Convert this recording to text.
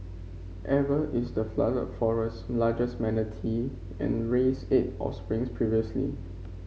Eva is the Flooded Forest's largest manatee and raised eight offspring previously